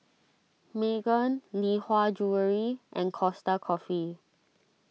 Megan Lee Hwa Jewellery and Costa Coffee